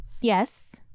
Yes